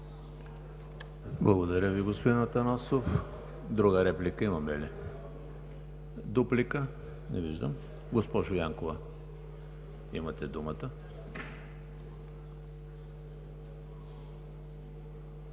Благодаря Ви, господин Атанасов. Друга реплика имаме ли? Не виждам. Госпожо Янкова, имате думата.